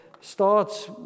starts